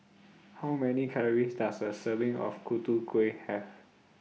How Many Calories Does A Serving of Kueh Have